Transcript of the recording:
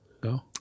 Go